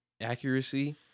accuracy